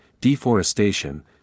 deforestation